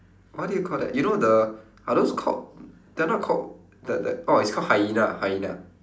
what do you call that you know the are those called they are not called the the oh it's called hyena hyena